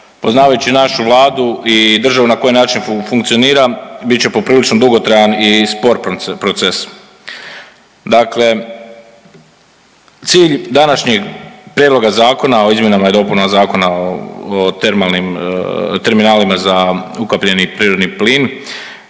poznavajući našu Vladu i državu na koji način funkcionira, bit će popriličan dugotrajan i spor proces. Dakle cilj današnjeg prijedloga zakona o izmjenama i dopunama zakona o terminalima za ukapljeni i prirodni plin,